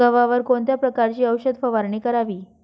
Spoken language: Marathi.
गव्हावर कोणत्या प्रकारची औषध फवारणी करावी?